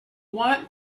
want